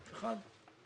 אף אחד.